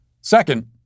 Second